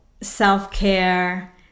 self-care